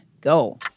Go